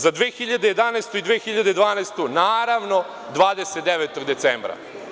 Za 2011. i 2012. godinu, naravno 29. decembra.